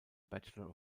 bachelor